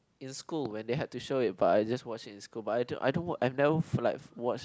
in school when they have to show it but I just watch it in school but I don't I don't watch I never like watch